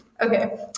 Okay